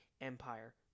Empire